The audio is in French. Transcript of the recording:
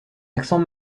accent